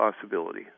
possibility